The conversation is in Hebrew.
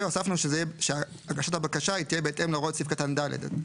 והוספנו שהגשת הבקשה תהיה בהתאם להוראות סעיף קטן (ד),